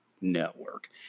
network